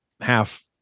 half